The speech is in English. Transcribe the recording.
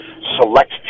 select